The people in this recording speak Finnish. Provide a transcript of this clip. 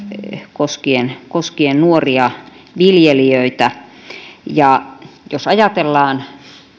koskien koskien nuoria viljelijöitä jos ajatellaan